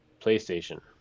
PlayStation